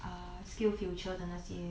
uh skillsfuture 的那些